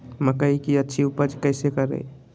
मकई की अच्छी उपज कैसे करे?